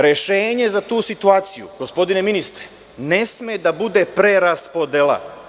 Rešenje za tu situaciju gospodine ministre ne sme da bude preraspodela.